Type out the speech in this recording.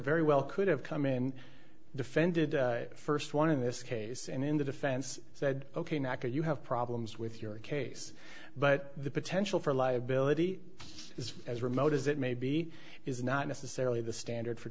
very well could have come in defended the first one in this case and in the defense said ok now could you have problems with your case but the potential for liability is as remote as it may be is not necessarily the standard for